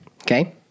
Okay